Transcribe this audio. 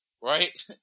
right